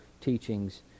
teachings